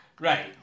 Right